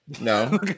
No